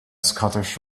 scottish